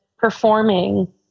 performing